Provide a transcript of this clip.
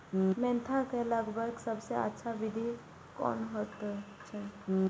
Mentha के लगवाक सबसँ अच्छा विधि कोन होयत अछि?